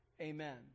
amen